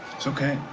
it's ok.